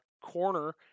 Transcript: corner